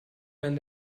wenn